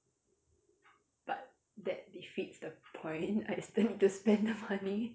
but that defeats the point I still need to spend the money